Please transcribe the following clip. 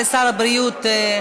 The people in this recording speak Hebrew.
תודה רבה לשר הבריאות ליצמן.